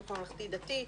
חינוך ממלכתי דתי,